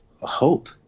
hope